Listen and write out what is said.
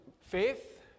faith